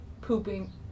pooping